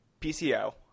PCO